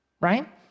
right